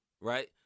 right